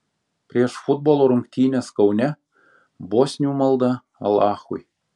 prieš futbolo rungtynes kaune bosnių malda alachui